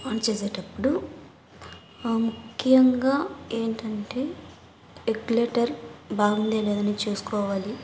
on చేసేటప్పుడు ముఖ్యంగా ఏంటంటే ఎగ్లేటర్ బాగుందా లేదా అని చూసుకోవాలి